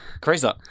Crazy